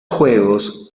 juegos